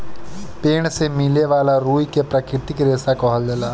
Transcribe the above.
पेड़ से मिले वाला रुई के प्राकृतिक रेशा कहल जाला